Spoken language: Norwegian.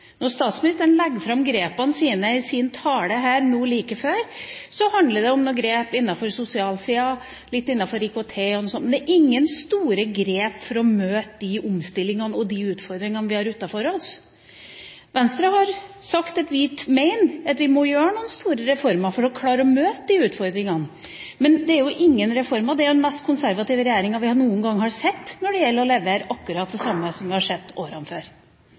Når man ser på budsjettforslaget til regjeringa, ser man et budsjett som ligner forbløffende på budsjettet året før. Det er ingen store reformer, det er ingen store grep. Da statsministeren la fram grepene sine i talen sin nå, handlet det om noen grep på sosialsiden, innenfor IKT osv. Det er ingen store grep for å møte de omstillingene og de utfordringene vi har utenfor oss. Venstre har sagt at vi mener vi må ha noen store reformer for å klare å møte de utfordringene. Men det er jo ingen reformer – det er den mest konservative regjeringa vi noen gang har sett når det gjelder å levere akkurat det